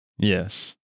Yes